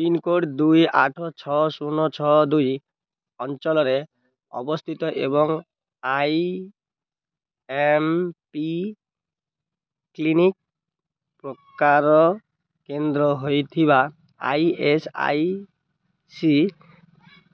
pincode ଦୁଇ ଆଠ ଛଅ ଶୂନ ଛଅ ଦୁଇ ଅଞ୍ଚଳରେ ଅବସ୍ଥିତ ଏବଂ ଆଇ ଏମ୍ ପି କ୍ଲିନିକ୍ ପ୍ରକାର କେନ୍ଦ୍ର ହୋଇଥିବା ଇ ଏସ୍ ଆଇ ସି